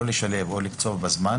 לא לשלב או לקצוב בזמן.